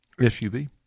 SUV